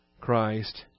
Christ